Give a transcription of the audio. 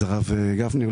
הרב גפני,